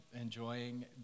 enjoying